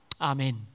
Amen